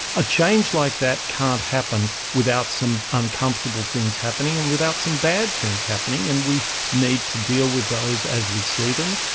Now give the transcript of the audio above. a change like that can't happen without some uncomfortable things happening and without some bad things happening, and we need to deal with those as we see them.